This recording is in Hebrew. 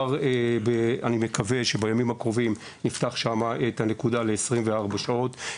אני מקווה שכבר בימים הקרובים נפתח שם את הנקודה ל-24 שעות.